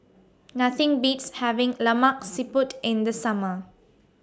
Nothing Beats having Lemak Siput in The Summer